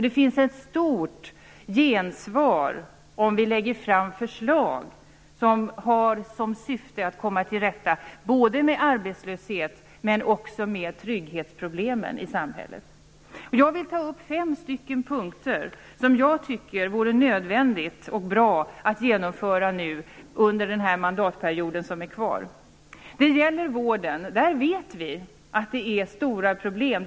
Det finns ett stort gensvar om vi lägger fram förslag som har som syfte att komma till rätta med både arbetslösheten och trygghetsproblemen i samhället. Jag vill ta upp fem punkter som jag tycker det vore nödvändigt och bra att genomföra under resten av mandatperioden. När det gäller vården vet vi att det är stora problem.